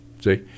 See